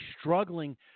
struggling